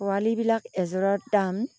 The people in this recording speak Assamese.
পোৱালিবিলাক এযোৰৰ দাম